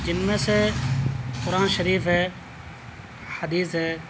جن میں سے قرآن شریف ہے حدیث ہے